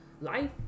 life